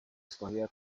escogida